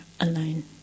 alone